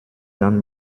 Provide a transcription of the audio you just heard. dann